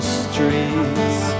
streets